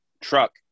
truck